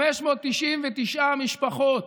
599 משפחות.